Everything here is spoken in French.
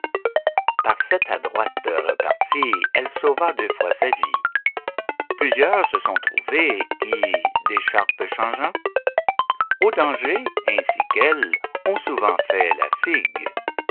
par cette adroite repartie elle sauva deux fois sa vie plusieurs se sont trouvés qui d'écharpes changeants aux dangers ainsi qu'elle ont souvent fait la figue